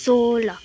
सोह्र